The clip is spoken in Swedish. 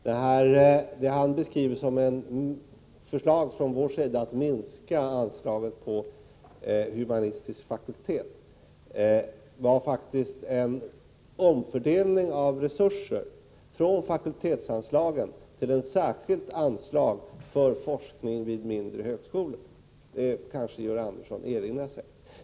Det Georg Andersson beskriver som ett förslag från vår sida om att minska anslagen till de humanistiska fakulteterna var ett förslag till omfördelning av resurser från fakultetsanslagen till ett särskilt anslag för forskning vid mindre högskolor. Det kanske Georg Andersson erinrar sig.